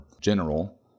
general